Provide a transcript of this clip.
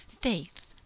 faith